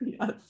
Yes